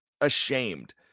ashamed